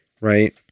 right